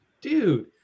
dude